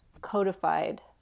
codified